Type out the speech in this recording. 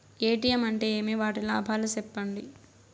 ATM అంటే ఏమి? వాటి లాభాలు సెప్పండి?